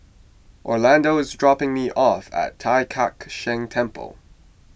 Orlando is dropping me off at Tai Kak Seah Temple